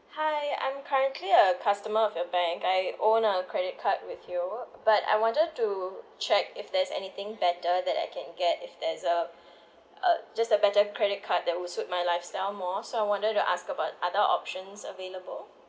hi I'm currently a customer of your bank I own a credit card with your work but I wanted to check if there's anything better that I can get if there's a uh just a better credit card that would suit my lifestyle more so I wanted to ask about other options available